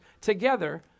together